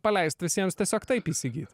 paleist visiems tiesiog taip įsigyt